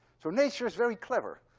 so nature is very clever,